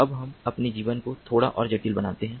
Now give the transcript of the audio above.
अब हम अपने जीवन को थोड़ा और जटिल बनाते हैं